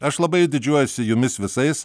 aš labai didžiuojuosi jumis visais